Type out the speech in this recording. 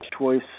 Choice